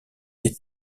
est